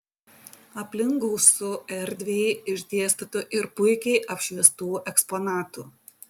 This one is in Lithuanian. aplink gausu erdviai išdėstytų ir puikiai apšviestų eksponatų